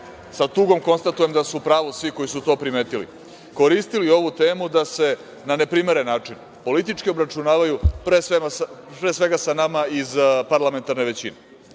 sa tugom konstatujem da su u pravu svi koji su to primetili, koristili ovu temu da se na neprimeren način politički obračunavaju, pre svega, sa nama iz parlamentarne većine,